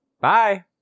Bye